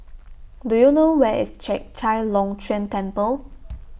Do YOU know Where IS Chek Chai Long Chuen Temple